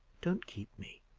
don't keep me.